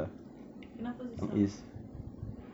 kenapa susah